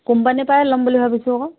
কোম্পানীৰ পৰায়েই ল'ম বুলি ভাবিছোঁ আকৌ